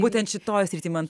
būtent šitoj srityj man